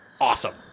awesome